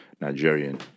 Nigerian